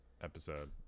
episode